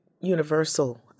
universal